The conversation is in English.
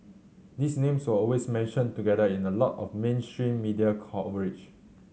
these names were always mentioned together in a lot of mainstream media coverage